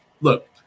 Look